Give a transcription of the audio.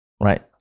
right